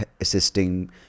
assisting